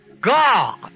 God